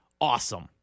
awesome